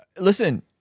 Listen